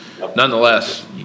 Nonetheless